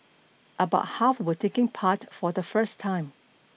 about half were taking part for the first time